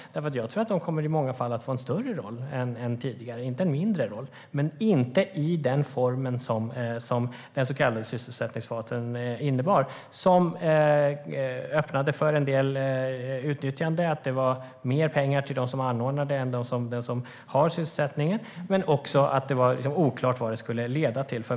Jag tror att de i många fall kommer att få en större roll än tidigare, men inte i den formen som den så kallade sysselsättningsfasen innebar. Den öppnade för en del utnyttjande där det blev mer pengar till dem som anordnade än till dem som var i sysselsättning. För många var det också oklart vad det skulle leda till.